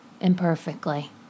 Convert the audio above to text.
imperfectly